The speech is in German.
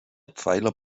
pfeiler